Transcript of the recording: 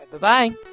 Bye-bye